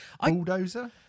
bulldozer